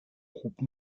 groupe